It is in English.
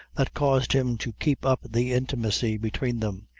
that caused him to keep up the intimacy between them.